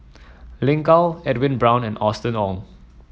Lin Gao Edwin Brown and Austen Ong